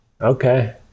Okay